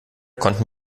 konnten